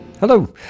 Hello